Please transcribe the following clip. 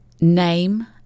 Name